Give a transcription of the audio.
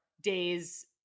days